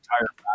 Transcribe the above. entire